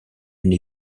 une